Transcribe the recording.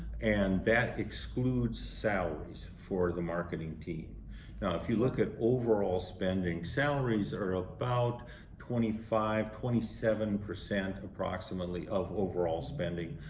and that excludes salaries for the marketing team. now if you look at overall spending. salaries are about twenty five twenty seven percent approximately of overall spending.